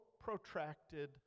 protracted